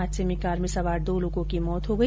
हादसे में कार में सवार दो लोगो की मौत हो गई